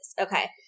Okay